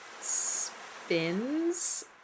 spins